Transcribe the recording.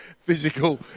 physical